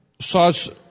saws